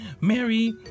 Mary